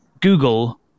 Google